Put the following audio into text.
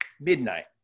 Midnight